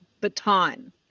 baton